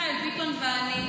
מיכאל ביטון ואני,